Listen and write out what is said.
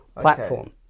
platform